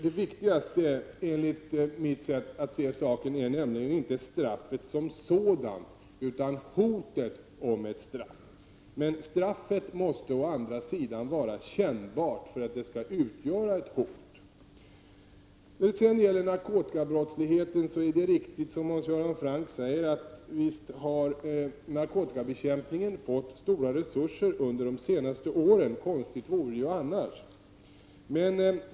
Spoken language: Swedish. Det viktigaste, enligt mitt sätt att se det, är nämligen inte straffet som sådant, utan hotet om ett straff. Straffet måste dock vara kännbart för att det skall utgöra ett hot. Det är riktigt som Hans Göran Franck säger att narkotikabekämpningen har fått stora resurser under de senaste åren. Konstigt vore det annars.